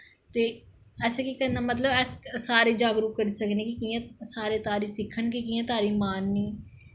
ते असैं केह् करना मतलब सारे जागरुक करी सकने कि कि'यां सारे तारी सिक्खन गे कि'यां तारी मारनी